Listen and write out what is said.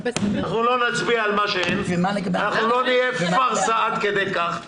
אנחנו לא נצביע על מה שאין ואנחנו לא נהיה פארסה עד כדי כך,